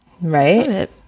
Right